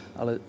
ale